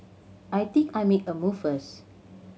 I think I make a move first